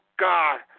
God